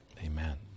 Amen